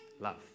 love